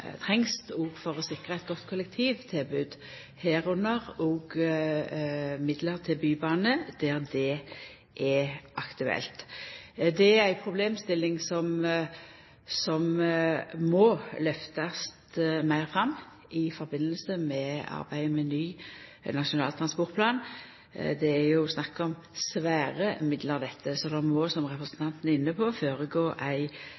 trengst for å sikra eit godt kollektivtilbod, òg midlar til bybane der det er aktuelt. Det er ei problemstilling som må lyftast meir fram i samband med arbeidet med ny Nasjonal transportplan. Det er snakk om svære midlar, dette, så det må, som representanten Tenden er inne på, gå føre seg ei